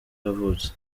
yavutse